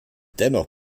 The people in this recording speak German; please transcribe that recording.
dennoch